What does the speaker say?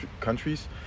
countries